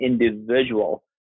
individual